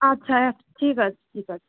আচ্ছা এক ঠিক আছে ঠিক আছে